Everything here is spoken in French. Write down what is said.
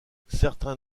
certains